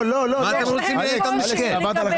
מה אתם רוצים מאיתן המסכן?